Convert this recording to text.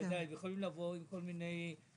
הם יכולים לבוא עם כל מיני רעיונות